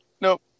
Nope